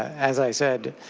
as i said,